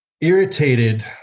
irritated